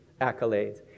accolades